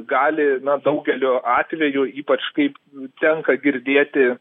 gali na daugeliu atvejų ypač kaip tenka girdėti